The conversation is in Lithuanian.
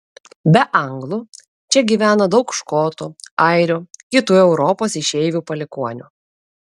be anglų čia gyvena daug škotų airių kitų europos išeivių palikuonių